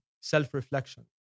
self-reflection